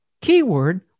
keyword